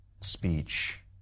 speech